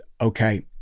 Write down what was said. okay